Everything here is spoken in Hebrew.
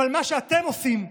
אבל מה שאתם עושים,